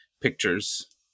pictures